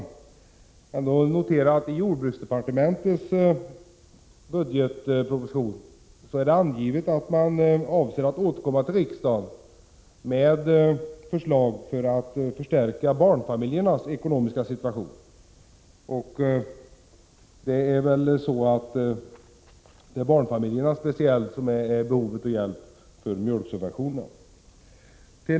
Jag vill ändå notera att mani jordbruksdepartementets bilaga till budgetpropositionen har angivit att man avser att återkomma till riksdagen med förslag för att förstärka barnfamiljernas ekonomiska situation. Det är ju speciellt barnfamiljerna som har behov av den typ av hjälp som mjölksubventionerna representerar.